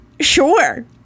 Sure